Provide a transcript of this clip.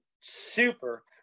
super